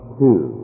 two